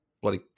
bloody